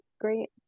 great